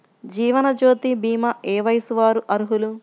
జీవనజ్యోతి భీమా ఏ వయస్సు వారు అర్హులు?